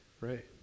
right